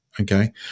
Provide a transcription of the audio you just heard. Okay